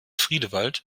friedewald